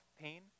pain